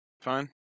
Fine